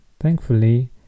Thankfully